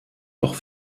doch